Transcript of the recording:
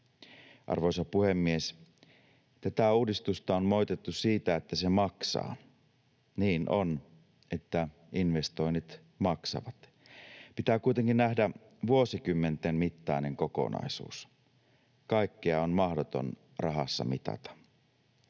Arvoisa puhemies! Tätä uudistusta on moitittu siitä, että se maksaa. Niin on, että investoinnit maksavat. Pitää kuitenkin nähdä vuosikymmenten mittainen kokonaisuus. Kaikkea on mahdoton rahassa mitata.